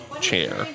Chair